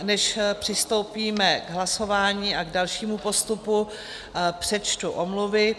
Než přistoupíme k hlasování a k dalšímu postupu, přečtu omluvy.